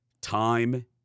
Time